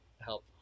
help